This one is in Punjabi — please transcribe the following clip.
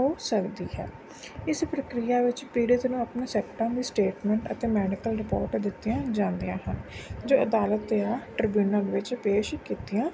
ਹੋ ਸਕਦੀ ਹੈ ਇਸ ਪ੍ਰਕ੍ਰਿਆ ਵਿੱਚ ਪੀੜਿਤ ਨੂੰ ਆਪਣੀਆਂ ਸੱਟਾਂ ਦੀ ਸਟੇਟਮੈਂਟ ਅਤੇ ਮੈਡੀਕਲ ਰਿਪੋਰਟ ਦਿੱਤੀਆਂ ਜਾਂਦੀਆਂ ਹਨ ਜੋ ਅਦਾਲਤ ਜਾਂ ਟ੍ਰਿਬਿਊਨਲ ਵਿੱਚ ਪੇਸ਼ ਕੀਤੀਆਂ